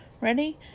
Ready